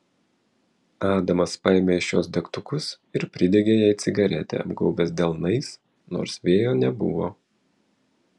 adamas paėmė iš jos degtukus ir pridegė jai cigaretę apgaubęs delnais nors vėjo nebuvo